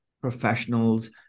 professionals